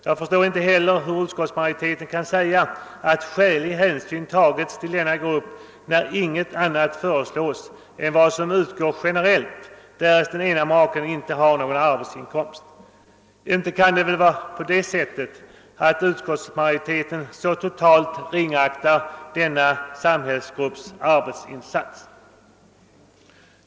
Jag förstår inte heller hur utskottet kan uttala att skälig hänsyn tagits till denna grupp, mot bakgrunden av att inget annat föreslagits än vad som utgår generellt därest den ena maken inte har någon arbetsinkomst. Inte kan väl utskottsmajoriteten så totalt ringakta denna samhällsgrupps arbetsinsatser?